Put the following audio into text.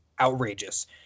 outrageous